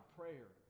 prayer